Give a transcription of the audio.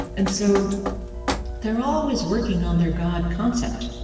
and so they're always working on their god concept